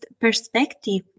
perspective